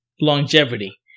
longevity